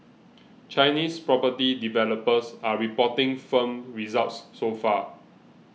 Chinese property developers are reporting firm results so far